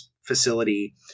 facility